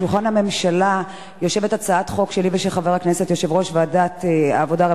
על שולחן הממשלה יושבת הצעת חוק שלי ושל יושב-ראש ועדת העבודה,